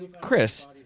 Chris